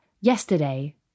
yesterday